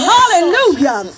Hallelujah